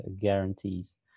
guarantees